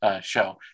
show